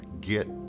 get